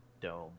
dome